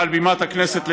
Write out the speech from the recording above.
מעל בימת הכנסת,